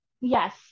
Yes